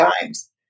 times